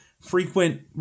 frequent